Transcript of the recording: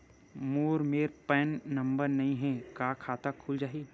मोर मेर PAN number नई हे का खाता खुल जाही?